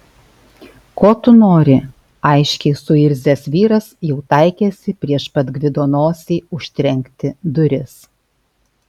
ko tu nori aiškiai suirzęs vyras jau taikėsi prieš pat gvido nosį užtrenkti duris